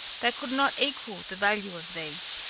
they could not equal the value of these.